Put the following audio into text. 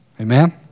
Amen